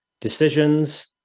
decisions